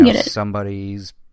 somebody's